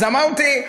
אז אמרתי,